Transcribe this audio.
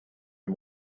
and